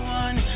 one